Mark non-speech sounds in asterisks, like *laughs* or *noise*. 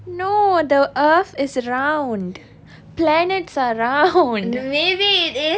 no the earth is round planets are round *laughs*